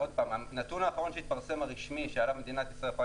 הנתון האחרון הרשמי שהתפרסם שעליו מדינת ישראל יכולה